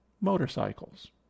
motorcycles